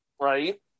Right